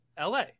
LA